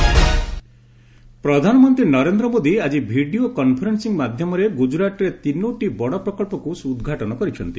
PM projects ପ୍ରଧାନମନ୍ତ୍ରୀ ନରେନ୍ଦ୍ର ମୋଦୀ ଆଜି video conference ମାଧ୍ୟମରେ ଗୁଜୁରାତରେ ତିନୋଟି ବଡ଼ ପ୍ରକଳ୍ପକୁ ଉଦ୍ଘାଟନ କରିଛନ୍ତି